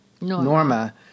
Norma